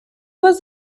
was